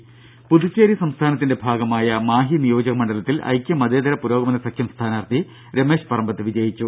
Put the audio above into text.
ദേദ പുതുച്ചേരി സംസ്ഥാനത്തിന്റെ ഭാഗമായ മാഹി നിയോജക മണ്ഡലത്തിൽ ഐക്യ മതേതര പുരോഗമന സഖ്യം സ്ഥാനാർത്ഥി രമേഷ് പറമ്പത്ത് വിജയിച്ചു